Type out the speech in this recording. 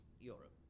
Europe